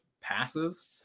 passes